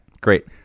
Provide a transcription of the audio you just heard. Great